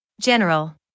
General